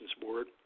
Board